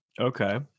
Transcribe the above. okay